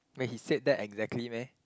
wait he said that exactly meh